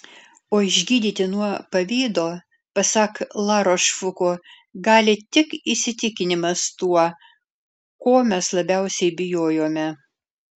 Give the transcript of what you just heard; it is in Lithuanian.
o išgydyti nuo pavydo pasak larošfuko gali tik įsitikinimas tuo ko mes labiausiai bijojome